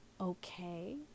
okay